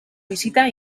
visita